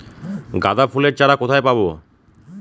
গাঁদা ফুলের চারা কোথায় পাবো?